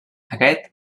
aquest